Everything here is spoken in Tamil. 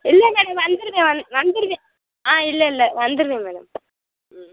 இல்லை மேடம் வந்துருவேன் வந் வந்துருவேன் ஆ இல்லை இல்லை வந்துருவேன் மேடம் ம்